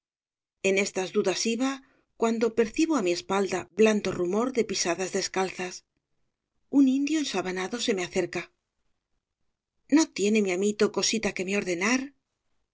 en estas dudas iba cuando percibo á mi espalda blando rumor de pisadas descalzas un indio ensabanado se me acerca no tiene mi amito cosita que me ordenar